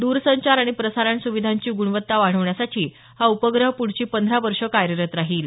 दरसंचार आणि प्रसारण सुविधांची गुणवत्ता वाढवण्यासाठी हा उपग्रह पुढची पंधरा वर्ष कार्यरत राहील